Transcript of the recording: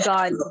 God